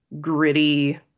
gritty